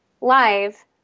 live